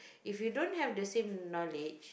if you don't have the same knowledge